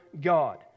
God